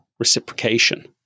reciprocation